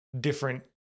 different